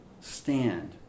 Stand